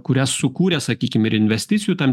kurias sukūrė sakykim ir investicijų tam